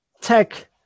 tech